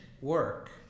work